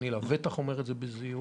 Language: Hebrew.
אני לבטח אומר את זה בזהירות